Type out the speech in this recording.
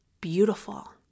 beautiful